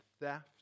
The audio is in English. theft